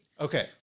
okay